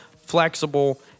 flexible